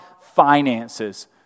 finances